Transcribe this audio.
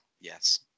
Yes